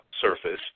surface